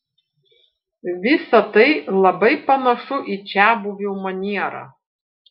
visa tai labai panašu į čiabuvių manierą